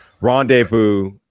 rendezvous